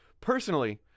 Personally